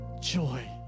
joy